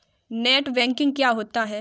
Net banking क्या होता है?